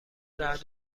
رعد